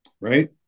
right